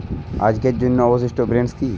আজকের জন্য অবশিষ্ট ব্যালেন্স কি?